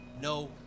no